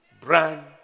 Brand